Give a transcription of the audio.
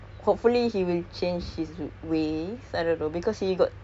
hopefully he will change his we it will because you got say before that he is madam